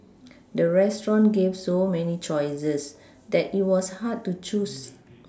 the restaurant gave so many choices that it was hard to choose